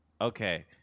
okay